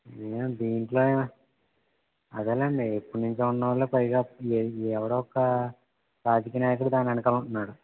దీంట్లో అదేలేండి ఎప్పుడినించో ఉన్నోళ్లు పైగా ఎ ఎవరో ఒకా రాజకీయ నాయకుడు దాని ఎనకాల ఉంటన్నాడు